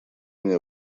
мне